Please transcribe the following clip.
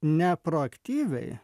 ne proaktyviai